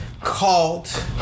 called